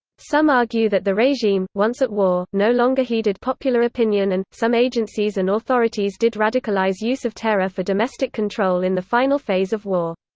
some argue that the regime, once at war, no longer heeded popular opinion and, some agencies and authorities did radicalize use of terror for domestic control in the final phase of war.